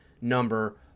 number